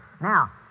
Now